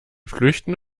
flüchten